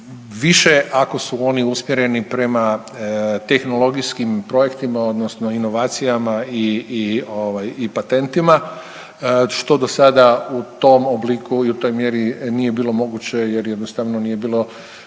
više ako su oni usmjereni prema tehnologijskim projektima odnosno inovacijama i patentima, što do sada u tom obliku i u toj mjeri nije bilo moguće jer jednostavno nije bilo